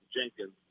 Jenkins